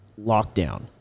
lockdown